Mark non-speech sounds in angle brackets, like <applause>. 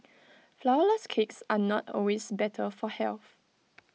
<noise> Flourless Cakes are not always better for health